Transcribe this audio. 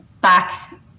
back